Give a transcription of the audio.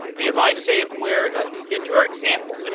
if i say a query in your example,